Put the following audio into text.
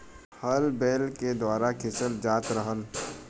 हल बैल के द्वारा खिंचल जात रहल